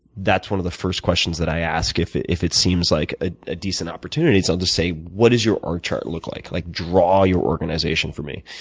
that's one of the first questions that i ask if it if it seems like ah a decent opportunity. i'll just say, what does your org chart look like? like, draw your organization for me.